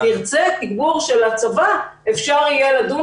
אם תרצה תגבור של הצבא אפשר יהיה לדון